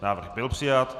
Návrh byl přijat.